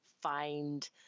find